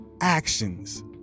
actions